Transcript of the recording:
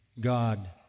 God